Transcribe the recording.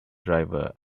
driver